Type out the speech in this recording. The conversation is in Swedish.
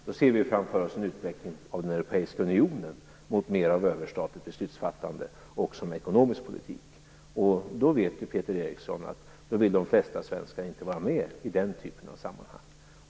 Då ser vi framför oss en utveckling av den europeiska unionen mot mer av överstatligt beslutsfattande också om ekonomisk politik, och Peter Eriksson vet ju att de flesta svenskar inte vill vara med i den typen av sammanhang.